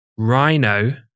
Rhino